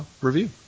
review